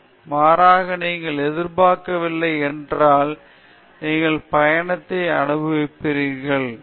மாறாக நீங்கள் எதிர்பார்க்கவில்லை என்றால் நீங்கள் பயணத்தை அனுபவிப்பீர்கள் அது உங்களுக்கு மகிழ்ச்சியையை தரும்